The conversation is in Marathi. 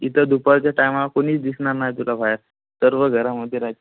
इथं दुपारच्या टायमाळा कोणीच दिसणार नाही तुला बाहेर सर्व घरामध्ये राहत